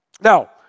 Now